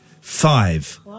five